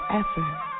effort